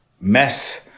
mess